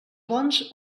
bons